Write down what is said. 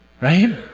right